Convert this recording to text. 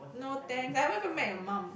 no thanks I haven't even met your mum